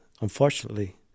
unfortunately